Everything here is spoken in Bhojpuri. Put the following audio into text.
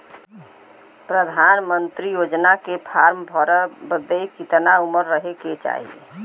प्रधानमंत्री योजना के फॉर्म भरे बदे कितना उमर रहे के चाही?